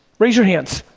raise your hands,